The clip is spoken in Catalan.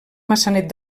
maçanet